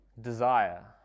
desire